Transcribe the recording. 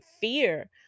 fear